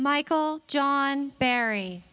michael john barry